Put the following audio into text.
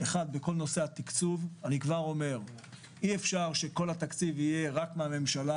נושא התקצוב - אי אפשר שכל התקציב יהיה רק מהממשלה